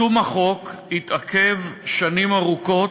יישום החוק התעכב שנים ארוכות,